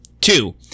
two